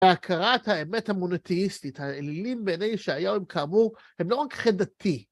בהכרת האמת המונטיסטית, האלילים בעיניי ישעיהו, כאמור, הם לא רק חטא דתי.